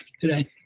today